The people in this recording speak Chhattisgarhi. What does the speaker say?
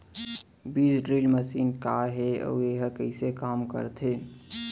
बीज ड्रिल मशीन का हे अऊ एहा कइसे काम करथे?